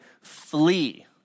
flee